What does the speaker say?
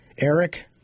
Eric